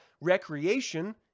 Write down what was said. recreation